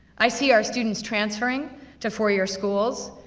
i see our students transferring to four year schools,